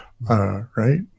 right